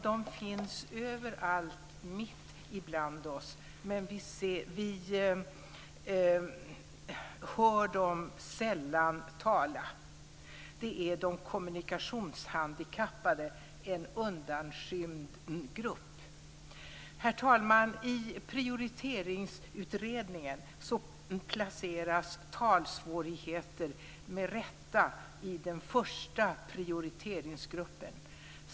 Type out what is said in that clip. De finns överallt, mitt ibland oss, men vi hör dem sällan tala. Det är de kommunikationshandikappade, en undanskymd grupp. Herr talman! I Prioriteringsutredningen placeras talsvårigheter med rätta i den första prioriteringsgruppen.